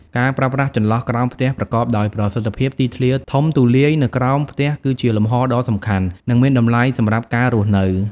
ការប្រើប្រាស់ចន្លោះក្រោមផ្ទះប្រកបដោយប្រសិទ្ធភាព ទីធ្លាធំទូលាយនៅក្រោមផ្ទះគឺជាលំហដ៏សំខាន់ និងមានតម្លៃសម្រាប់ការរស់នៅ ។